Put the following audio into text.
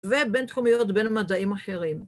‫ובין תחומיות, בין מדעים אחרים.